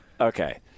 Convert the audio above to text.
Okay